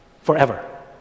forever